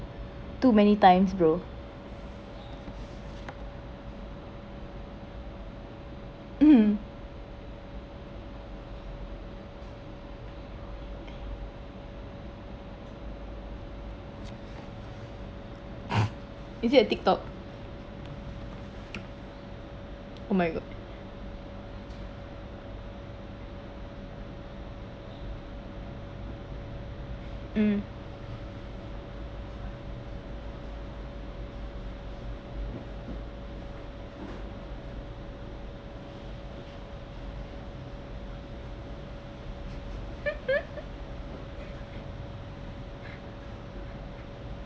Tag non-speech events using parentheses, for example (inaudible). too many times bro um is it a tiktok oh my god um (laughs)